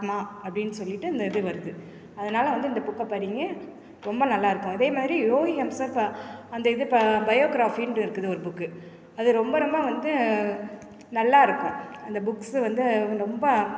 ஆத்மா அப்படின் சொல்லிவிட்டு அந்த இது வருது அதனால் வந்து இந்த புக்கை படிங்க ரொம்ப நல்லா இருக்கும் இதேமாதிரி ரோஹி ஹம்சப் ப அந்த இது ப பயோகிராஃபினுட்டுருக்குது ஒரு புக்கு அது ரொம்ப ரொம்ப வந்து நல்லா இருக்கும் அந்த புக்ஸு வந்து ரொம்ப